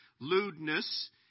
lewdness